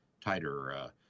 tighter